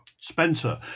Spencer